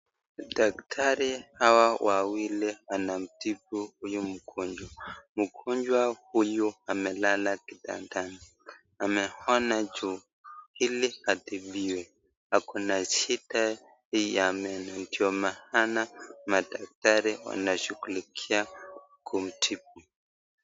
Daktari hawa wawili anamtibu huyu mgonjwa. Mgonjwa huyu amelala kitandani, ameona juu ili atibiwe. Akona shida ya meno ndio maana madaktari wanashughulikia kumtibu.